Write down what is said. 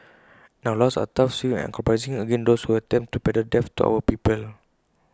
and our laws are tough swift and uncompromising against those who attempt to peddle death to our people